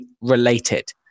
related